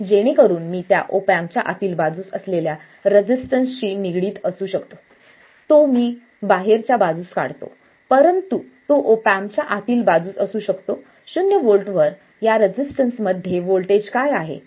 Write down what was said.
जेणेकरून मी त्या ऑप एम्पच्या आतील बाजूस असलेल्या रेझिस्टन्सशी निगडीत असू शकते तो मी बाहेरच्या बाजूस काढतो परंतु तो ऑप एम्पच्या आतील बाजूस असू शकतो शून्य व्होल्टवर या रेझिस्टन्स मध्ये व्होल्टेज काय आहे